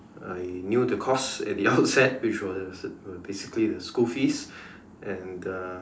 I knew the cost and the upset which was basically the school fees and uh